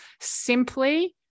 Simply